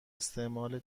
استعمال